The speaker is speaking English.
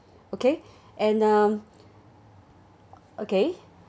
okay and um okay